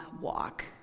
walk